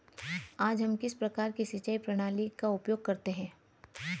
आज हम किस प्रकार की सिंचाई प्रणाली का उपयोग करते हैं?